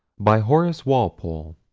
by horace walpole,